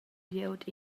glieud